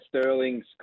Sterling's